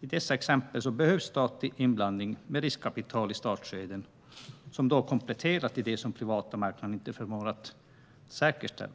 I dessa fall behövs statligt inblandning med riskkapital i startskedet som komplettering till det som den privata marknaden inte förmår att säkerställa.